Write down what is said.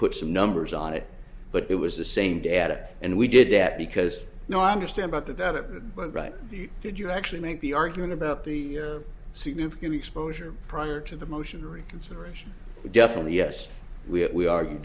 put some numbers on it but it was the same data and we did that because now i understand about that that it went right did you actually make the argument about the significant exposure prior to the motion reconsideration definitely yes we